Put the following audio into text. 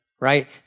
right